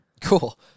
Cool